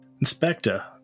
Inspector